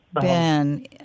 Ben